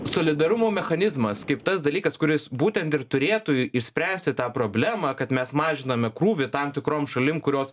solidarumo mechanizmas kaip tas dalykas kuris būtent ir turėtų išspręsti tą problemą kad mes mažinome krūvį tam tikrom šalim kurios